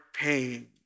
pain